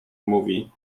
movie